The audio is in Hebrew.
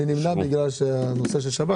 אין נמנעים,